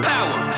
Power